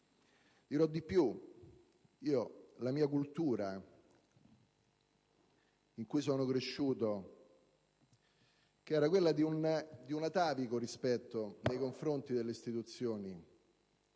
dirò di più: la cultura in cui sono cresciuto, che era quella di un atavico rispetto nei confronti delle istituzioni,